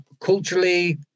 culturally